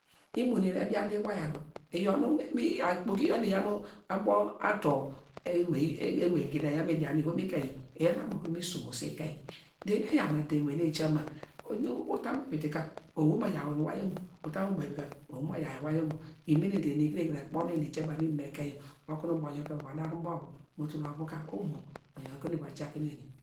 Imo neni edian te iwaya dor iyaw nu ikpoki yaw nu eyaw abo ator ewey yina midian mu ivom ekein iyaw nu abo okunu mi somose ekein dor eni eyan edor ewey nu eja ma oho nu ula mu uviti ka owei nu mo yaw wor iwaya omo, uta mu ubavi ka owei nu mo yaw wor iwani omo imenen dor eni kire kire ekponen mu eja ba nu ivom ekein yor okunu ubo yonke mo va dar` mu ubo ovu mo yi tul ovu ka omo oyaw okunu wa ja kenu eni.